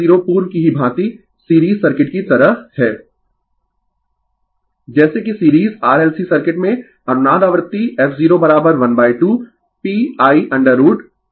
Refer slide Time 2933 जैसे कि series RLC circuit में अनुनाद आवृत्ति f 012 pI√LC हर्ट्ज है